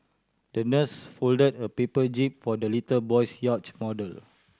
the nurse folded a paper jib for the little boy's yacht model